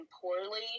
poorly